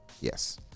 yes